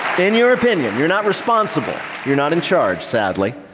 in your opinion. you're not responsible. you're not in charge sadly.